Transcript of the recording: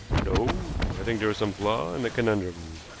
no. i think there is some flaw in the conundrum.